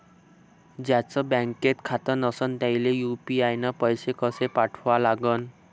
ज्याचं बँकेत खातं नसणं त्याईले यू.पी.आय न पैसे कसे पाठवा लागन?